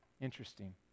Interesting